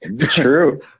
true